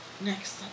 next